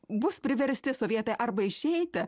bus priversti sovietai arba išeiti